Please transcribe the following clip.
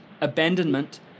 abandonment